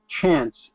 chance